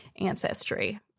ancestry